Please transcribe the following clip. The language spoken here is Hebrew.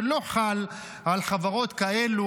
שלא חל על חברות כאלו,